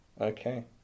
okay